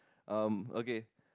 um okay